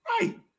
Right